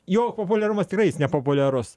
jo populiarumas tikrai jis nepopuliarus